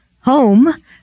home